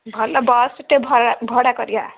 ଭଲ ବସଟେ ଭଡ଼ା କରିବା